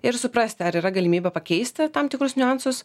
ir suprasti ar yra galimybė pakeisti tam tikrus niuansus